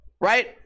Right